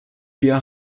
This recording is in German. via